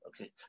Okay